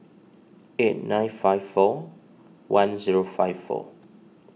eight nine five four one zero five four